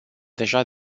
deja